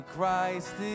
Christ